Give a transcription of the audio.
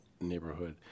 neighborhood